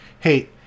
Hey